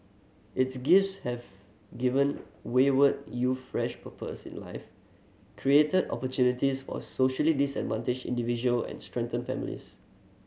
its gifts have given wayward youth fresh purpose in life created opportunities for socially disadvantaged individual and strengthened families